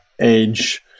age